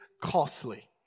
costly